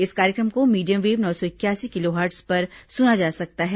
इस कार्यक्रम को मीडियम वेव नौ सौ इकयासी किलोहर्ट्ज पर सुना जा सकता है